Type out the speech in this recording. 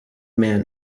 man